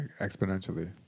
exponentially